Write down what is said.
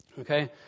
Okay